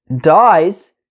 dies